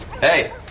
Hey